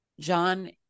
john